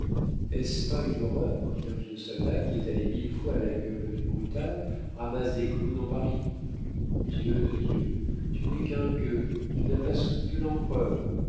est-ce pas une horreur qu'un vieux soldat qui est allé mille fois à la gueule du brutal ramasse des clous dans paris dieu de dieu tu n'es qu'un gueux tu n'as pas soutenu l'empereur